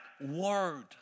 word